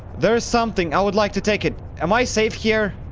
there is something! i would like to take it. am i safe here?